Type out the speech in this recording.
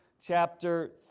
chapter